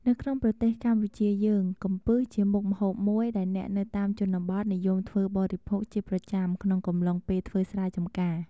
នៅក្នុងប្រទេសកម្ពុជាយើង កំពឹសជាមុខម្ហូបមួយដែលអ្នកនៅតាមជនបទនិយមធ្វើបរិភោគជាប្រចាំក្នុងកំឡុងពេលធ្វើស្រែចំការ។